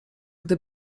gdy